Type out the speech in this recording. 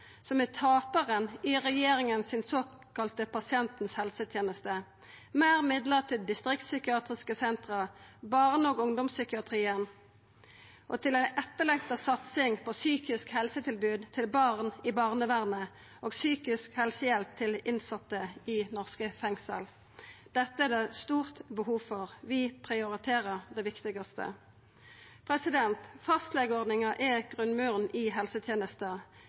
som er taparen i regjeringa si såkalla pasientens helseteneste: meir midlar til distriktspsykiatriske senter, til barne- og ungdomspsykiatrien og til ei etterlengta satsing på eit psykisk helsetilbod til barn i barnevernet og psykisk helsehjelp til innsette i norske fengsel. Dette er det stort behov for, vi prioriterer det viktigaste. Fastlegeordninga er grunnmuren i helsetenesta.